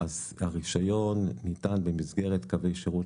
הרישיון ניתן במסגרת קווי שירות